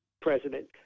president